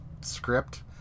script